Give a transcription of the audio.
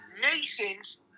nations